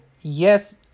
Yes